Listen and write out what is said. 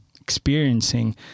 experiencing